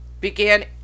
began